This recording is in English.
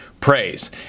praise